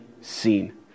seen